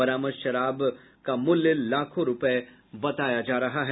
बरामद शराब का मूल्य लाखों रुपये बताया जा रहा है